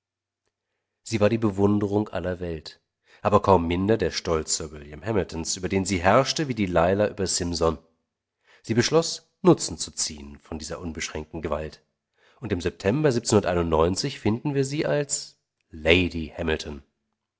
sie war die bewunderung aller welt aber kaum minder der stolz sir william hamiltons über den sie herrschte wie delila über simson sie beschloß nutzen zu ziehen von dieser unbeschränkten gewalt und im september finden wir sie als lady hamilton